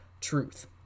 truth